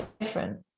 different